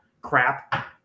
crap